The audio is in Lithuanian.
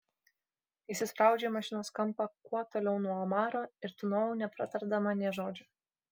įsispraudžiau į mašinos kampą kuo toliau nuo omaro ir tūnojau nepratardama nė žodžio